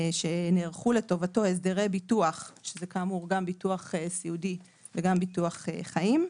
שנערכו לטובתו הסדרי ביטוח שזה גם ביטוח סיעודי וגם ביטוח חיים,